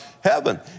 heaven